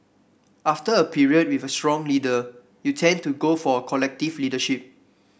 after a period with a strong leader you tend to go for a collective leadership